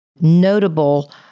notable